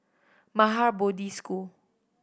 Maha Bodhi School